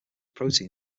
protein